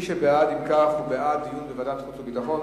מי שבעד, אם כך, הוא בעד דיון בוועדת חוץ וביטחון.